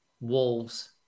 Wolves